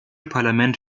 parlament